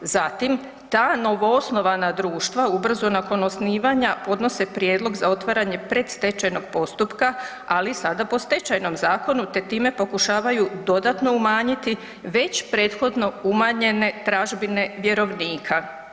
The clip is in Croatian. Zatim ta novoosnovana društva ubrzo nakon osnivanja podnose prijedlog za otvaranje predstečajnog postupka ali sada po Stečajnom zakonu te time pokušavaju dodatno umanjiti već prethodno umanjene tražbine vjerovnika.